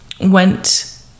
went